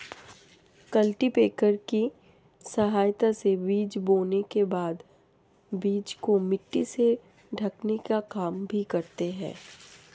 cultipacker की सहायता से बीज बोने के बाद बीज को मिट्टी से ढकने का काम भी करते है